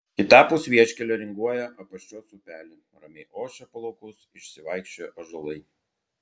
kitapus vieškelio ringuoja apaščios upelė ramiai ošia po laukus išsivaikščioję ąžuolai